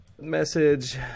Message